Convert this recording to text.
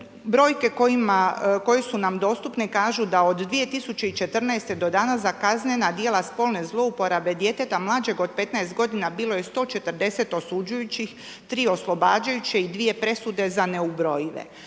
Brojke koje su nam dostupne kažu da od 2014. do danas za kaznena djela spolne zlouporabe djeteta mlađeg od 15 godina bilo je 140 osuđujućih, 3 oslobađajuće i dvije presude za neubrojive.